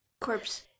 corpse